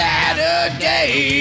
Saturday